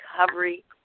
recovery